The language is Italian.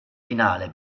finale